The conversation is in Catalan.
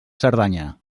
cerdanya